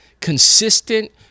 consistent